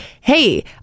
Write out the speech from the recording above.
Hey